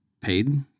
paid